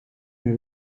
meer